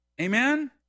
Amen